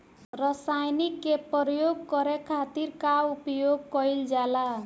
रसायनिक के प्रयोग करे खातिर का उपयोग कईल जाला?